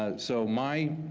ah so my